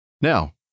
Now